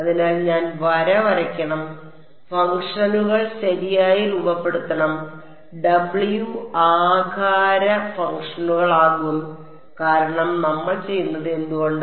അതിനാൽ ഞാൻ വര വരയ്ക്കണം ഫംഗ്ഷനുകൾ ശരിയായി രൂപപ്പെടുത്തണം W ആകാര ഫംഗ്ഷനുകൾ ആകും കാരണം നമ്മൾ ചെയ്യുന്നത് എന്തുകൊണ്ട്